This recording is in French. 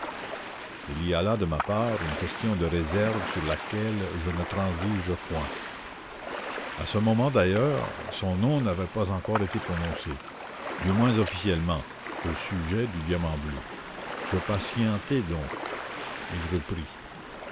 il y a là de ma part une question de réserve sur laquelle je ne transige point à ce moment d'ailleurs son nom n'avait pas encore été prononcé au sujet du diamant bleu je patientai donc il reprit